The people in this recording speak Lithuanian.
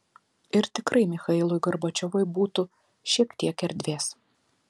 ir tikrai michailui gorbačiovui būtų šiek tiek erdvės